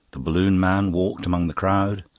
the balloon-man walked among the crowd,